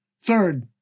Third